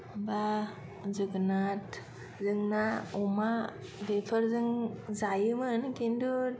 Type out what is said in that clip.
बा जोगोनादजोंना अमा बेफोरजों जायोमोन किन्तु